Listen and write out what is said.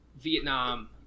Vietnam